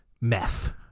meth